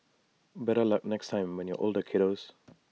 better luck next time when you're older kiddos